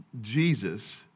Jesus